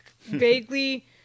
vaguely